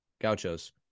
Gauchos